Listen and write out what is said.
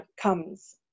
comes